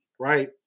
Right